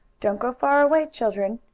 don't go far away, children,